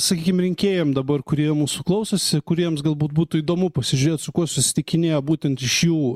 sakykim rinkėjam dabar kurie mūsų klausosi kuriems galbūt būtų įdomu pasižiūrėt su kuo susitikinėja būtent iš jų